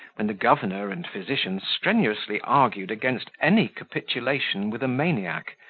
when the governor and physician strenuously argued against any capitulation with a maniac,